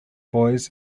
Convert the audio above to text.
boys